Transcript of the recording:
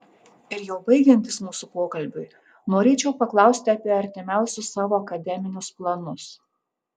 ir jau baigiantis mūsų pokalbiui norėčiau paklausti apie artimiausius savo akademinius planus